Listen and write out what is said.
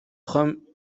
from